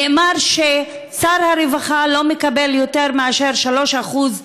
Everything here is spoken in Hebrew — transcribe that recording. נאמר ששר הרווחה מקבל לא יותר מ-3 מתוך 10,